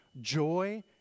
joy